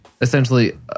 essentially